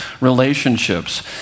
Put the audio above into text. relationships